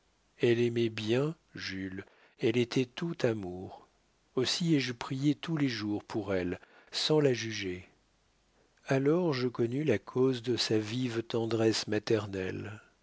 elle aimait bien jules elle était toute amour aussi ai-je prié tous les jours pour elle sans la juger alors je connus la cause de sa vive tendresse maternelle